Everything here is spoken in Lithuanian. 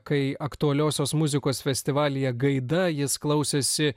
kai aktualiosios muzikos festivalyje gaida jis klausėsi